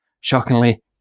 shockingly